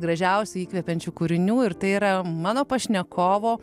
gražiausių įkvepiančių kūrinių ir tai yra mano pašnekovo